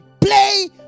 Play